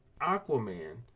Aquaman